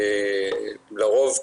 לרוב,